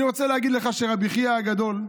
אני רוצה להגיד לך שרבי חייא הגדול,